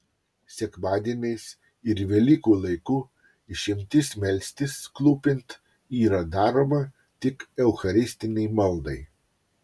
sekmadieniais ir velykų laiku išimtis melstis klūpint yra daroma tik eucharistinei maldai